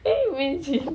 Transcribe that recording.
can you imagine